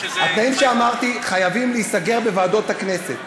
התנאים שאמרתי חייבים להיסגר בוועדות הכנסת,